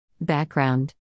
Background